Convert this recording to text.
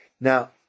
Now